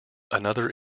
another